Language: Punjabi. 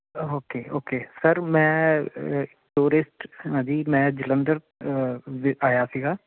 ਓਕੇ ਓਕੇ ਸਰ ਮੈਂ ਟੂਰਿਸਟ ਹਾਂ ਜੀ ਮੈਂ ਜਲੰਧਰ ਵ ਆਇਆ ਸੀਗਾ